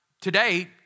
today